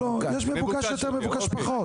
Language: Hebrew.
יש מבוקש יותר מבוקש פחות.